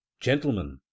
Gentlemen